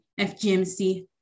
FGMC